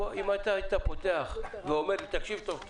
אם היית פותח ואומר לי תקשיב טוב טוב,